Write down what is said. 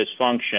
dysfunction